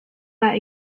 that